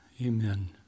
Amen